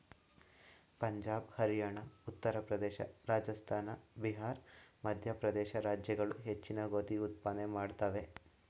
ಪಂಜಾಬ್ ಹರಿಯಾಣ ಉತ್ತರ ಪ್ರದೇಶ ರಾಜಸ್ಥಾನ ಬಿಹಾರ್ ಮಧ್ಯಪ್ರದೇಶ ರಾಜ್ಯಗಳು ಹೆಚ್ಚಿನ ಗೋಧಿ ಉತ್ಪಾದನೆ ಮಾಡುತ್ವೆ